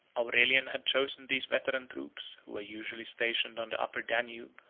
aurelian had chosen these veteran troops, who were usually stationed on the upper danube,